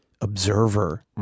observer